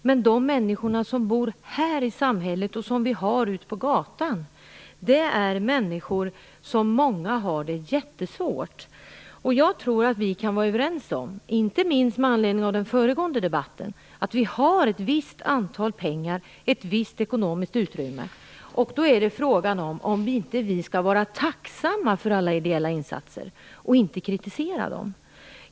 Men många av de människor som bor här i samhället och som finns ute på gatan är människor som har det jättesvårt. Jag tror att vi kan vara överens om, inte minst med anledning av den föregående debatten, att vi har en viss summa pengar och ett visst ekonomiskt utrymme. Frågan är om vi inte borde vara tacksamma för alla ideella insatser i stället för att kritisera dem.